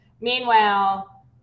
Meanwhile